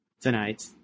tonight